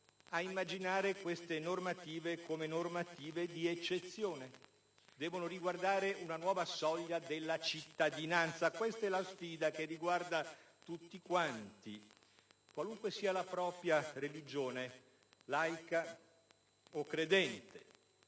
ad immaginare queste leggi come normative di eccezione: devono riguardare una nuova soglia della cittadinanza; questa è la sfida che riguarda tutti quanti, qualunque sia la propria religione, laica o credente